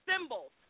symbols